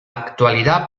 actualidad